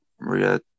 Maria